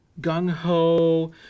gung-ho